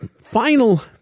final